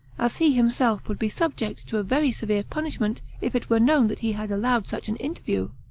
as he himself would be subject to a very severe punishment if it were known that he had allowed such an interview.